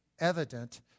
evident